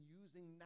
using